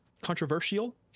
Controversial